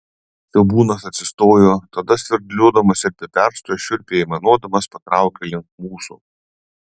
siaubūnas atsistojo tada svirduliuodamas ir be perstojo šiurpiai aimanuodamas patraukė link mūsų